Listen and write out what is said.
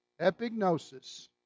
epignosis